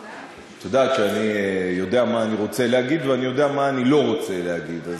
את יודעת שאני יודע מה אני רוצה להגיד ואני יודע מה אני לא רוצה להגיד.